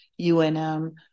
UNM